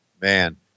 man